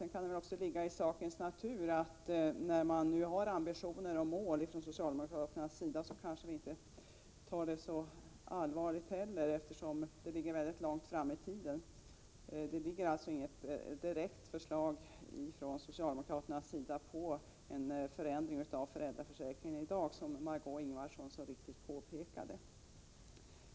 Det kan väl också ligga i sakens natur att om nu socialdemokraterna har ambitioner och mål så tar vi det inte heller så allvarligt, speciellt som det ligger långt fram i tiden. Det finns alltså inget direkt förslag från socialdemokraterna på en förändring av föräldraförsäkringen i dag, vilket Margé Ingvardsson så riktigt påpekade.